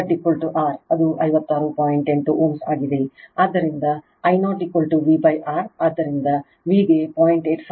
ಆದ್ದರಿಂದ I 0 V R ಆದ್ದರಿಂದ V ಗೆ 0